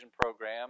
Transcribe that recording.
program